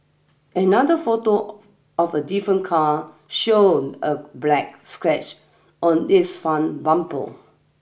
another photo of a different car showed a black scratch on its front bumper